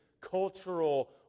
cultural